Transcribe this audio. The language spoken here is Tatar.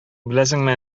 беләсеңме